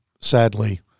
sadly